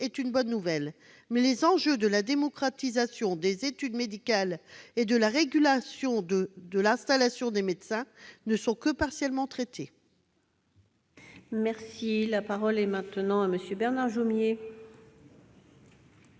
est une bonne nouvelle, mais les enjeux de la démocratisation des études médicales et de la régulation de l'installation des médecins ne sont que partiellement traités. La parole est à M. Bernard Jomier,